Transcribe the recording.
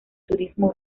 turismo